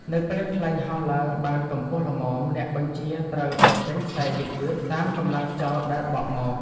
នៅពេលខ្លែងហោះឡើងបានកម្ពស់ល្មម អ្នកបញ្ជាត្រូវបញ្ចេញខ្សែយឺតៗតាមកម្លាំងខ្យល់ដែលបក់មក។